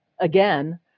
again